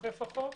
אוכף אותו,